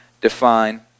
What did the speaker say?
define